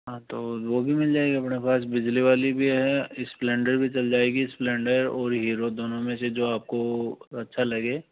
हाँ तो वो भी मिल जाएगा अपने पास बिजली वाली भी है स्प्लेंडर भी चल जाएगी स्प्लेंडर और हीरो दोनों में से जो आपको अच्छा लगे